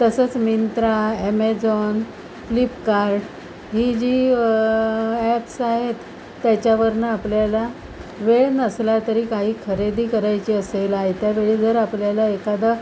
तसंच मिंत्रा ॲमेझॉन फ्लिपकार्ट ही जी ॲप्स आहेत त्याच्यावरुनं आपल्याला वेळ नसला तरी काही खरेदी करायची असेल आयत्यावेळी जर आपल्याला एखादा